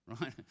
right